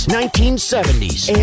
1970s